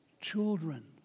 children